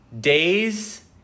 days